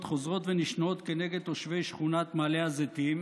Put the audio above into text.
חוזרות ונשנות כנגד תושבי שכונת מעלה הזיתים,